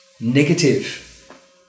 negative